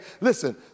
listen